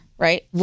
Right